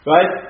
Right